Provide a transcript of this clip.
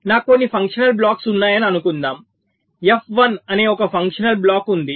నాకు కొన్ని functional blocks ఉన్నాయని అనుకుందాం F1 అనే ఒక ఫంక్షనల్ బ్లాక్ ఉంది